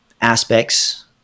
aspects